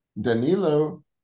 Danilo